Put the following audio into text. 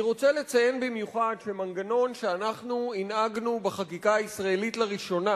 אני רוצה לציין במיוחד שמנגנון שאנחנו הנהגנו בחקיקה הישראלית לראשונה,